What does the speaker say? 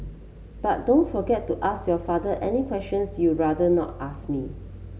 but don't forget to ask your father any questions you'd rather not ask me